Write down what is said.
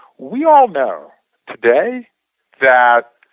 we all know today that